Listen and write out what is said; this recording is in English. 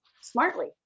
smartly